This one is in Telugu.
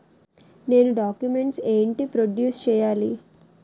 నేను డాక్యుమెంట్స్ ఏంటి ప్రొడ్యూస్ చెయ్యాలి?